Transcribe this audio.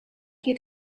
had